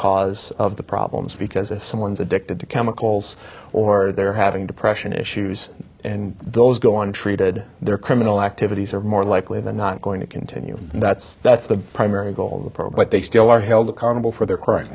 cause of the problems because if someone's addicted to chemicals or they're having depression issues and those go on treated their criminal activities are more likely than not going to continue and that's that's the primary goal of the program but they still are held accountable for their crime